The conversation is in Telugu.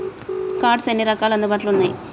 కార్డ్స్ ఎన్ని రకాలు అందుబాటులో ఉన్నయి?